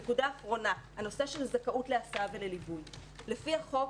נקודה אחרונה הנושא של זכאות להסעה ולליווי: לפי החוק,